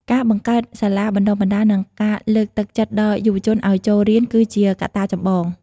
ការបង្កើតសាលាបណ្ដុះបណ្ដាល និងការលើកទឹកចិត្តដល់យុវជនឱ្យចូលរៀនគឺជាកត្តាចម្បង។